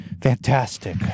Fantastic